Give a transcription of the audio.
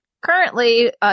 currently